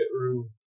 room